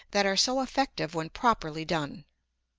that are so effective when properly done.